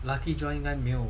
lucky draw 应该没有